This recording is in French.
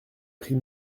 pris